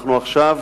אנחנו עכשיו